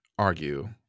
argue